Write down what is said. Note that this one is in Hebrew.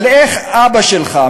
אבל איך אבא שלך,